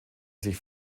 sich